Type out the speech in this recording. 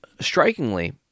strikingly